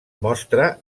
mostra